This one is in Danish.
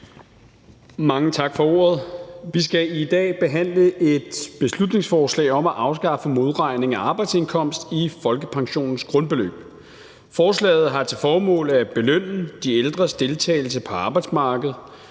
Mange tak for ordet. Vi skal i dag behandle et beslutningsforslag om at afskaffe modregning af arbejdsindkomst i folkepensionens grundbeløb. Forslaget har til formål at belønne de ældres deltagelse på arbejdsmarkedet.